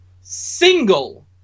single